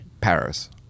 Paris